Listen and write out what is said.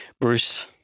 Bruce